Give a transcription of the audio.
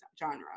genre